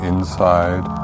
inside